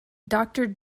doctor